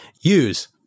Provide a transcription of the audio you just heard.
Use